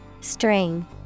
String